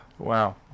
Wow